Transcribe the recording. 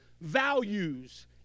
values